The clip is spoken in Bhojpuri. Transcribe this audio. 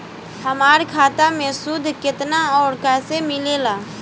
हमार खाता मे सूद केतना आउर कैसे मिलेला?